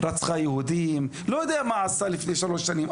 רצחה יהודים לא יודע מה עשתה לפני שלוש שנים,